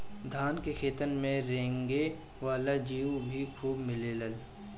धान के खेतन में रेंगे वाला जीउ भी खूब मिलेलन